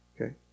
Okay